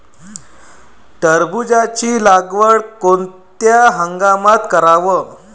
टरबूजाची लागवड कोनत्या हंगामात कराव?